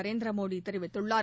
நரேந்திர மோடி தெரிவித்துள்ளார்